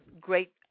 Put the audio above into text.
great